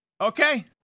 Okay